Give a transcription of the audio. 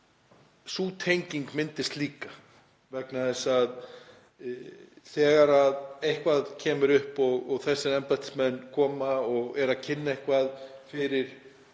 sú tenging myndist líka vegna þess að þegar eitthvað kemur upp á og þessir embættismenn koma og eru að kynna eitthvað fyrir